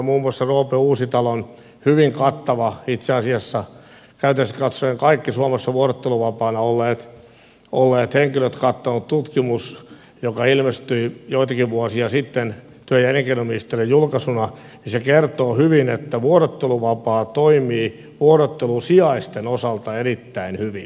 muun muassa roope uusitalon hyvin kattava itse asiassa käytännöllisesti katsoen kaikki suomessa vuorotteluvapaalla olleet henkilöt kattanut tutkimus joka ilmestyi joitakin vuosia sitten työ ja elinkeinoministeriön julkaisuna kertoo hyvin että vuorotteluvapaa toimii vuorottelusijaisten osalta erittäin hyvin